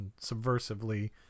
subversively